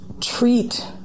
treat